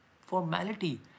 formality